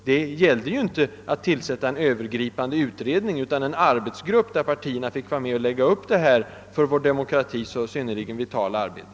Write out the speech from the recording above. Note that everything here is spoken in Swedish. Det gällde ju inte en övergripande utredning utan en arbetsgrupp där partierna skulle få vara med om att lägga upp detta för vår demokrati så vitala arbete.